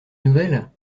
nouvelles